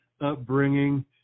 upbringing